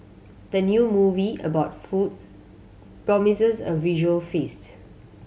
the new movie about food promises a visual feast